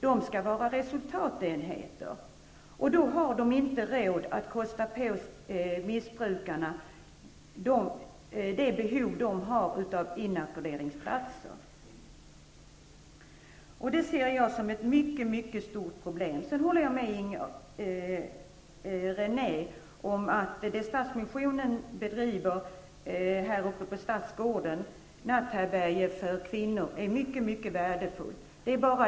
De skall vara resultatenheter, och då har de inte råd att kosta på missbrukarna inackorderingsplatser. Det ser jag som ett mycket stort problem. Sedan håller jag med Inger René om att den verksamhet med natthärbärgen för kvinnor som Stadsmissionen bedriver på Stadsgården är mycket värdefull.